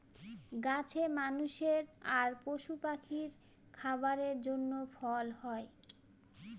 গাছে মানুষের আর পশু পাখির খাবারের জন্য ফল হয়